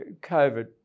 COVID